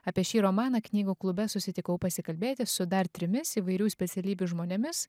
apie šį romaną knygų klube susitikau pasikalbėti su dar trimis įvairių specialybių žmonėmis